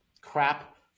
crap